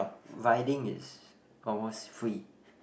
riding is almost free